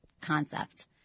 concept